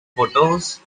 photos